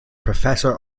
professor